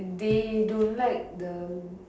they don't like the